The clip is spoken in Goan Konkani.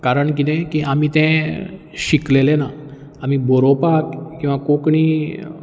कारण कितें आमी तें शिकलेलें ना आमी बरोवपाक किंवां कोंकणी